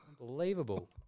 Unbelievable